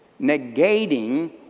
negating